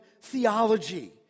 theology